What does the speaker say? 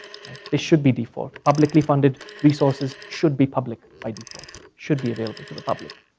right? it should be default. publicly funded resources should be public by default, should be available to the public.